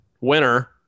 winner